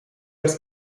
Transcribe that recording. als